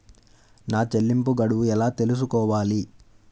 నా చెల్లింపు గడువు ఎలా తెలుసుకోవాలి?